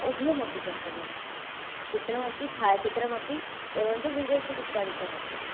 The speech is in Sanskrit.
उभयमपि कर्तव्यमस्ति चित्रमपि छायाचित्रमपि एवञ्च विडियो शूट् इत्यादिकमपि